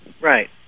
Right